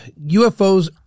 UFOs